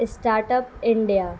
start up India